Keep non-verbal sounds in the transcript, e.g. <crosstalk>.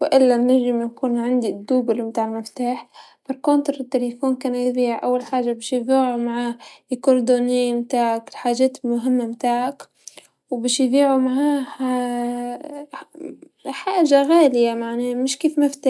طبعا <hesitation> إيش خلينا نحكي انه أضعف الإيمان، يوم مظيع شي اعتقد ان المفاتيح سهل بسيط ان احنا نرجعها، لكن الجوال والمعلومات اللي عالجوال صعبة والله.